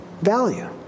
value